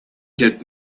did